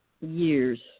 years